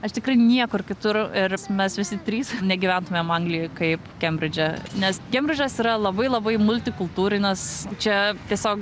aš tikrai niekur kitur ir mes visi trys negyventumėm anglijoj kaip kembridže nes kembridžas yra labai labai multikultūrinis čia tiesiog